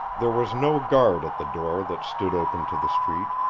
there was no guard at the door that stood open to the street,